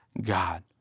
God